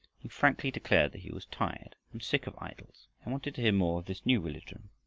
he frankly declared that he was tired and sick of idols and wanted to hear more of this new religion.